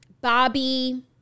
Bobby